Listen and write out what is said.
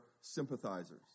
sympathizers